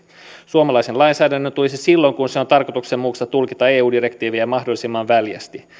suomalaisen lainsäädännön tulisi silloin kun se on tarkoituksenmukaista tulkita eu direktiivejä mahdollisimman väljästi